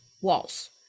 walls